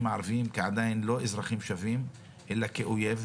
הערבים כאזרחים שווים אלא כאויב,